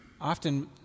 often